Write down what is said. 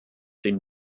den